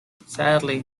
sadly